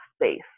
space